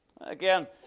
Again